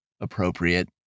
appropriate